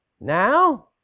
Now